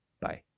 bye